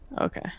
Okay